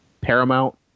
Paramount